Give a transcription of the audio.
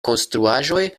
konstruaĵoj